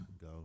Go